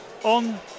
On